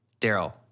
Daryl